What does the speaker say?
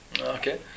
Okay